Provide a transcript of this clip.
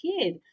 kid